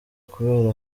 kubera